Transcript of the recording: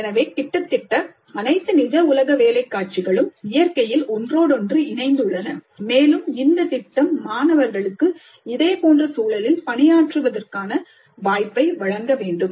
எனவே கிட்டத்தட்ட அனைத்து நிஜ உலக வேலை காட்சிகளும் இயற்கையில் ஒன்றோடொன்று இணைந்து உள்ளன மேலும் இந்த திட்டம் மாணவர்களுக்கு இதேபோன்ற சூழலில் பணியாற்றுவதற்கான வாய்ப்பை வழங்க வேண்டும்